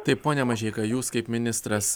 taip pone mažeika jūs kaip ministras